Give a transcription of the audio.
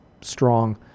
strong